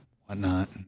whatnot